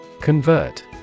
Convert